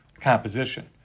composition